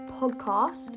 podcast